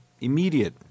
immediate